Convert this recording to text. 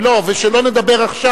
לא, ושלא נדבר עכשיו.